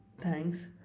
thanks